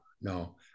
no